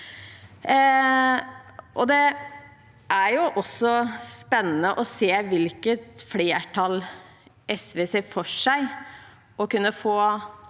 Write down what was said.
Det er også spennende å se hvilket flertall SV ser for seg å kunne få